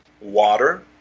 Water